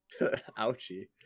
Ouchie